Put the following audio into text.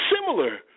similar